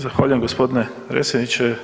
Zahvaljujem g. predsjedniče.